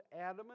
Adam